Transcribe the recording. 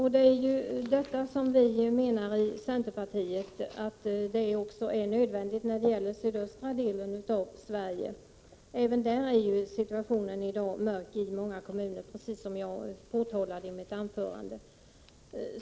I centerpartiet menar vi att sådana åtgärder är nödvändiga också för sydöstra delen av Sverige. Även där är ju situationen mörk i många kommuner, vilket jag framhöll i mitt anförande.